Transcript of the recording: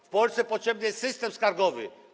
W Polsce potrzebny jest system skargowy.